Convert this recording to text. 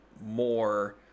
more